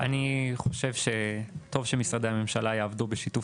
אני חושב שטוב שמשרדי הממשלה יעבדו בשיתוף